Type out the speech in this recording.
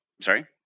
Sorry